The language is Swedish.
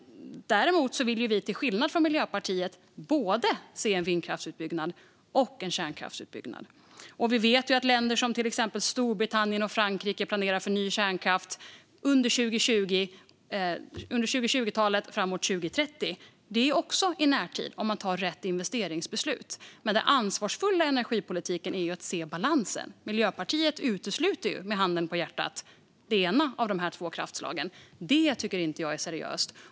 Däremot vill vi till skillnad från Miljöpartiet se både en vindkraftsutbyggnad och en kärnkraftsutbyggnad. Vi vet ju att länder som Storbritannien och Frankrike planerar för ny kärnkraft under 2020-talet fram mot 2030. Det är också i närtid om man fattar rätt investeringsbeslut. Den ansvarsfulla energipolitiken är att se balansen. Miljöpartiet utesluter ju, handen på hjärtat, det ena av de här två kraftslagen. Det tycker inte jag är seriöst.